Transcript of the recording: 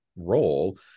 role